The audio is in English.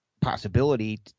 possibility